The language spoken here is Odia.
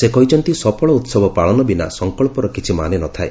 ସେ କହିଛନ୍ତି ସଫଳ ଉତ୍ସବ ପାଳନ ବିନା ସଂକଳ୍ପର କିଛି ମାନେ ନଥାଏ